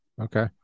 Okay